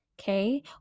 okay